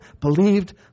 believed